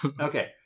Okay